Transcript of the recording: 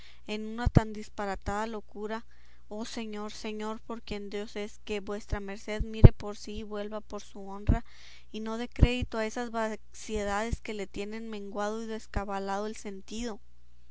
en una tan disparatada locura oh señor señor por quien dios es que vuestra merced mire por sí y vuelva por su honra y no dé crédito a esas vaciedades que le tienen menguado y descabalado el sentido